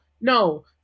no